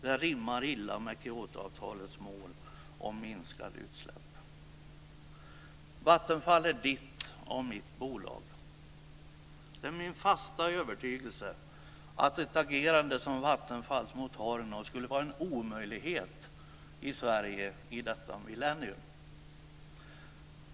Det rimmar illa med Vattenfall är ditt och mitt bolag. Det är min fasta övertygelse att ett agerande som Vattenfalls mot Horno skulle vara en omöjlighet i Sverige i detta millennium.